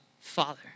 Father